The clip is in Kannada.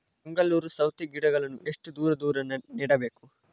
ಮಂಗಳೂರು ಸೌತೆ ಗಿಡಗಳನ್ನು ಎಷ್ಟು ದೂರ ದೂರ ನೆಡಬೇಕು?